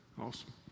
Awesome